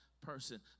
person